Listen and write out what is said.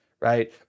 Right